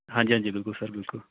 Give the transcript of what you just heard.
ਹਾਂਜੀ ਹਾਂਜੀ ਬਿਲਕੁਲ ਸਰ ਬਿਲਕੁਲ